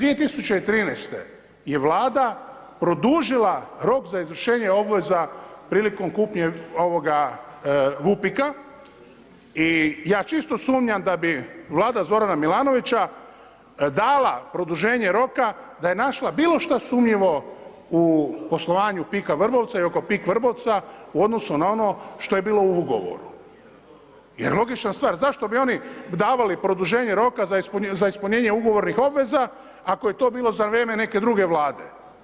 2013. je Vlada produžila rok za izvršenje obveza prilikom kupnje ovoga Vupika i ja čisto sumnjam da bi Vlada Zorana Milanovića dala produženje roka da je našla bilo šta sumnjivo u poslovanju PIK Vrbovca i oko PIK Vrbovca u odnosu na ono što je bilo u ugovoru jer logična stvar, zašto bi oni davali produženje roka za ispunjenje ugovornih obveza, ako je to bilo za vrijeme neke druge vlade.